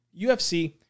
UFC